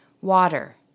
Water